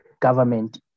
government